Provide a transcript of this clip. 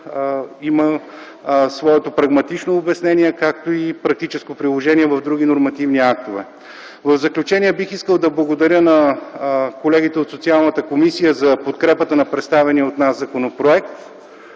има своето прагматично обяснение, както и практическо приложение в други нормативни актове. В заключение бих искал да благодаря на колегите от Социалната комисия за подкрепата на представения от нас законопроект